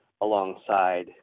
alongside